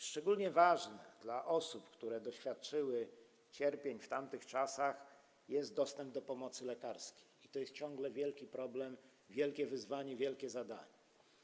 Szczególnie ważny dla osób, które doświadczyły cierpień w tamtych czasach, jest dostęp do pomocy lekarskiej, i to jest ciągle wielki problem, wielkie wyzwanie, wielkie zadanie.